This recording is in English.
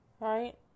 right